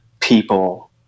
people